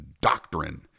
doctrine